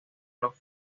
los